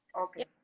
okay